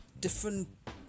different